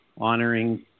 honoring